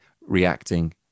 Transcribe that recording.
reacting